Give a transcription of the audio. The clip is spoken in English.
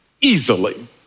easily